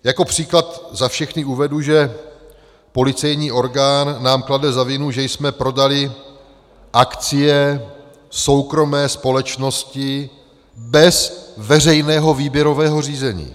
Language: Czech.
Jako příklad za všechny uvedu, že policejní orgán nám klade za vinu, že jsme prodali akcie soukromé společnosti bez veřejného výběrového řízení.